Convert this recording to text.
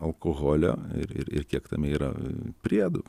alkoholio ir ir ir kiek tame yra priedų